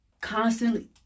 constantly